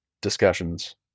discussions